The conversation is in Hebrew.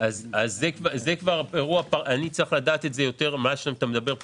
אני צריך לדעת באופן פרטני יותר על מה אתה מדבר.